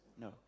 No